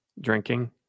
drinking